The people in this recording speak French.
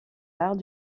arts